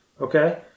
Okay